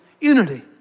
unity